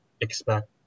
expect